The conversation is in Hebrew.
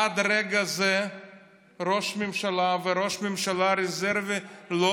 עד רגע זה ראש הממשלה וראש הממשלה הרזרבי לא